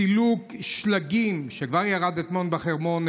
סילוק שלגים מהכבישים, כבר ירד אתמול שלג בחרמון,